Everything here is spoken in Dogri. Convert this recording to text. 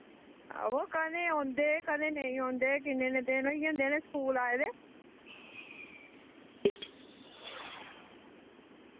हां वा कदें औंदे कदें नी औंदे किन्ने किन्ने दिन होई जन्दे इ'ने स्कूल आए दे